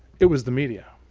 it was the media.